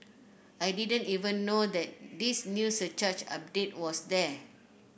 I didn't even know that this new surcharge update was there